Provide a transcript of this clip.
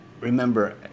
remember